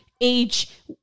age